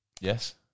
Yes